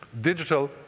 Digital